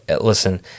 listen